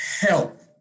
help